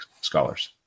Scholars